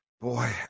Boy